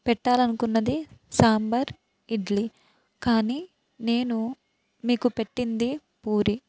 పెట్టాలనుకున్నది సాంబార్ ఇడ్లీ కానీ నేను మీకు పెట్టింది పూరీ